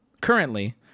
currently